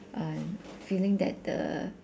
uh feeling that the